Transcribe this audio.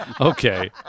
Okay